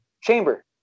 Chamber